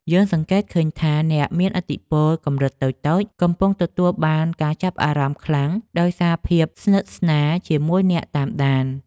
យើងសង្កេតឃើញថា អ្នកមានឥទ្ធិពលកម្រិតតូចៗកំពុងទទួលបានការចាប់អារម្មណ៍ខ្លាំងដោយសារភាពស្និទ្ធស្នាលជាមួយអ្នកតាមដាន។